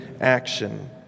action